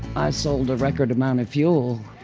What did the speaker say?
i sold a record amount of fuel.